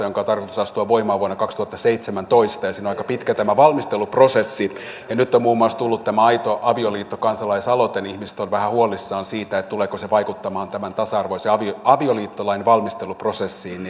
jonka on tarkoitus astua voimaan vuonna kaksituhattaseitsemäntoista siinä on aika pitkä tämä valmisteluprosessi ja nyt on muun muassa tullut tämä aito avioliitto kansalaisaloite ja ihmiset ovat vähän huolissaan siitä tuleeko se vaikuttamaan tämän tasa arvoisen avioliittolain valmisteluprosessiin